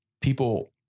people